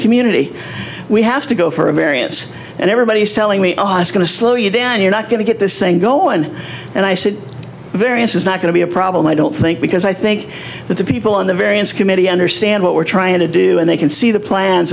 community we have to go for a variance and everybody is telling me i was going to slow you down you're not going to get this thing go on and i said variance is not going to be a problem i don't think because i think that the people on the variance committee understand what we're trying to do and they can see the plans